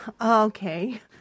Okay